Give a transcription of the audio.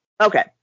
Okay